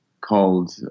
called